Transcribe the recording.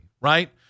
right